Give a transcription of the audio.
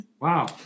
wow